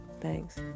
Thanks